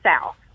south